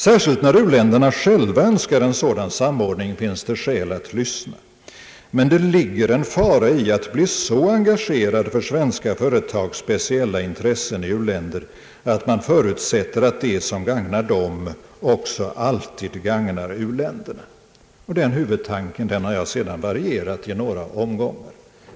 Särskilt när u-länderna själva önskar en sådan samordning finns det skäl att lyssna, men det ligger en fara i att bli så engagerad för svenska företags speciella intressen i u-länder att man förutsätter att det som gagnar de förra också alltid gagnar: u-länderna. Den huvudtanken har jag sedan varierat i några omgångar.